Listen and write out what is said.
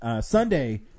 Sunday